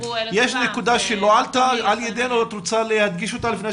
נקודה שלא הועלתה ואת רוצה להדגיש אותה?